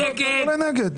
מי נגד?